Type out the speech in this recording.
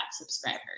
subscribers